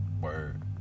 Word